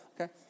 Okay